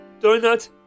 Donut